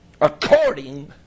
According